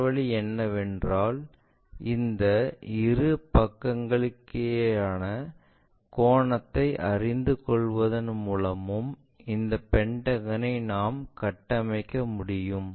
மற்ற வழி என்னவென்றால் இந்த இரு பக்கங்களுக்கிடையேயான கோணத்தை அறிந்து கொள்வதன் மூலமும் இந்த பென்டகனை நாம் கட்டமைக்க முடியும்